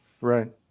Right